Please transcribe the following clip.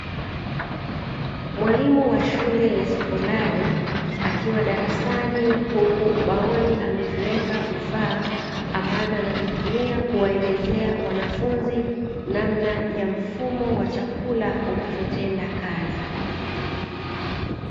Mwalimu wa shule ya sekondari akiwa darasani huku ubaoni ameviweka vifaa, ambavyo anavitumia kuwaelezea wanafunzi namna ya mfumo wa chakula unavyotenda kazi.